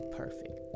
perfect